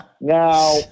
Now